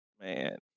man